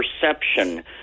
perception